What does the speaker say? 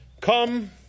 Come